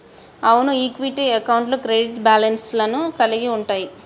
అవును ఈక్విటీ అకౌంట్లు credit balance లను కలిగి ఉంటయ్యి